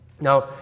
Now